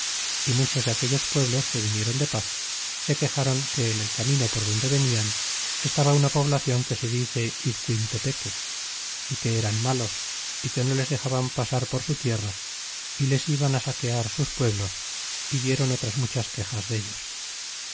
y muchos de aquellos pueblos que vinieron de paz se quexron que en el camino por donde venian estaba una poblacion que se dice izcuintepeque y que eran malos y que no les dexaban pasar por su tierra y les iban saquear sus pueblos y dieron otras muchas quexas dellos